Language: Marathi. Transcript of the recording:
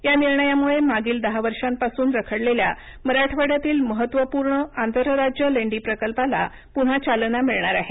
या निर्णयामुळे मागील दहा वर्षांपासून रखडलेल्या मराठवाड्यातील महत्त्वपूर्ण आंतरराज्य लेंडी प्रकल्पाला पुन्हा चालना मिळणार आहे